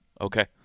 Okay